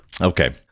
Okay